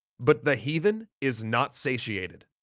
but the heathen is not satiated.